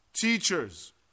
Teachers